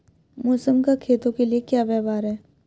मौसम का खेतों के लिये क्या व्यवहार है?